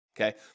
okay